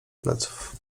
pleców